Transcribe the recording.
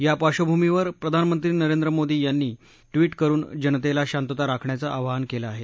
या पार्क्षभूमीवर प्रधानमंत्री नरेंद्र मोदी यांनी ट्वीट करून जनतेला शांतता राखण्याचं आवाहन केलं आहे